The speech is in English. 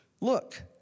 look